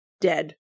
dead